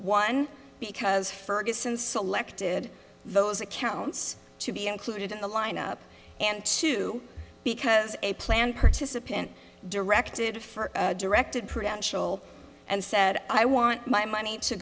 one because ferguson selected those accounts to be included in the lineup and two because a plan participant directed for directed prudential and said i want my money to